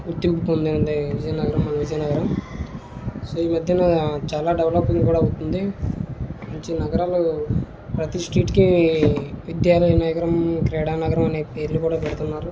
గుర్తింపు పొందింది విజయనగరం మన విజయనగరం సో ఈ మధ్యన చాలా డెవలపింగ్ కూడా అవుతుంది మంచి నగరాలు ప్రతిస్ట్రీట్కి విద్యాలయ నగరం క్రీడా నగరం అనే పేర్లు కూడా పెడుతున్నారు